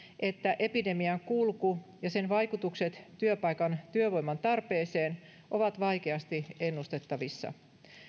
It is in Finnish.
että epidemian kulku ja sen vaikutukset työpaikan työvoiman tarpeeseen ovat vaikeasti ennustettavissa